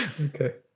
Okay